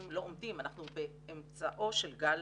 אנחנו באמצעו של גל